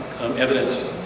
evidence